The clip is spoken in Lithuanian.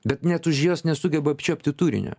bet net už jos nesugeba apčiuopti turinio